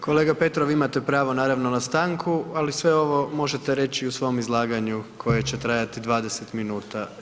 Kolega Petrov, imate pravo naravno na stanku ali sve ovo možete reći i u svom izlaganju koje će trajati 20 minuta.